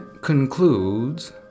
concludes